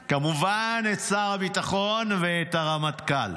כמובן, את שר הביטחון ואת הרמטכ"ל,